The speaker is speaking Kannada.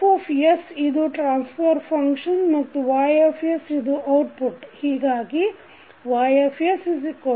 F ಇದು ಟ್ರಾನ್ಸ್ಫರ್ ಫಂಕ್ಷನ್ ಮತ್ತು Yಇದು ಔಟ್ಪುಟ್ ಹೀಗಾಗಿYsFsX